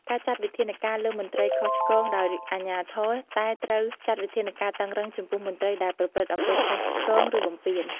ការចាត់វិធានការលើមន្ត្រីខុសឆ្គងដោយអាជ្ញាធរតែត្រូវចាត់វិធានការតឹងរ៉ឹងចំពោះមន្ត្រីដែលប្រព្រឹត្តអំពើខុសឆ្គង ឬបំពាន។